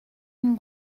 une